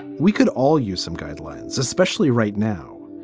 we could all use some guidelines, especially right now.